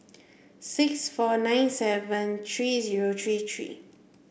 six four nine seven three zero three three